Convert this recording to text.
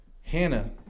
Hannah